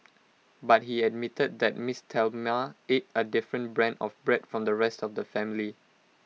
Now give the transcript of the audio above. but he admitted that miss Thelma ate A different brand of bread from the rest of the family